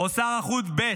או שר החוץ ב'